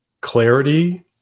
clarity